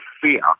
fear